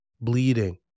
Bleeding